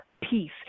peace